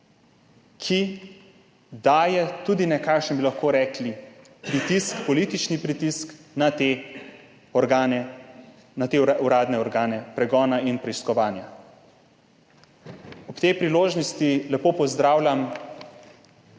ki daje tudi nekakšen, lahko bi rekli, pritisk, politični pritisk na te uradne organe pregona in preiskovanja. Ob tej priložnosti lepo pozdravljam